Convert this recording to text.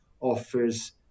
offers